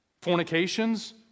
fornications